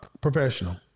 professional